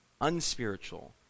unspiritual